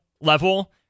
level